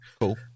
Cool